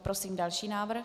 Prosím další návrh.